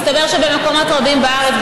מסתבר שבמקומות רבים בארץ,